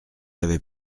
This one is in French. avait